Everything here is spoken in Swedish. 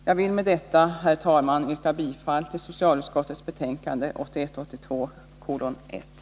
Jag vill med detta, herr talman, yrka bifall till socialutskottets hemställan i betänkande 1981/82:1.